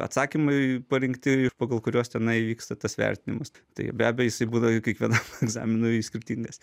atsakymai parinkti ir pagal kuriuos tenai vyksta tas vertinimas tai be abejo jisai būna kiekvieną egzaminui skirtingas